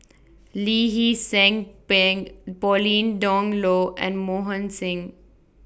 Lee Hee Seng Pauline Dawn Loh and Mohan Singh